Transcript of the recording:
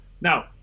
now